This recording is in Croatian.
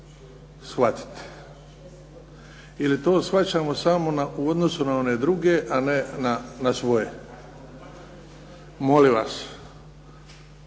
shvatiti? Ili to shvaćamo samo u odnosu na one druge, a ne na svoje. Molim vas,